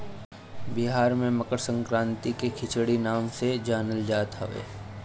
बिहार में मकरसंक्रांति के खिचड़ी नाम से जानल जात हवे